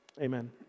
Amen